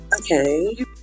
Okay